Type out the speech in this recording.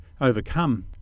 overcome